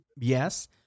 Yes